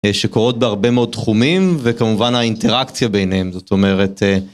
שקורות בהרבה מאוד תחומים, וכמובן האינטראקציה ביניהם, זאת אומרת...